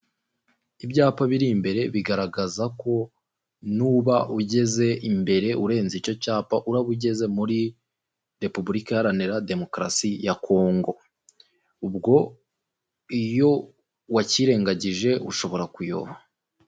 Ibyapa biri imbere bigaragaza ko n'uba ugeze imbere urenze icyo cyapa uraba ugeze muri Repubulika iharanira Demokarasi ya Congo, ubwo iyo wakirerengagije ushobora kuyoba.